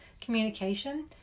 communication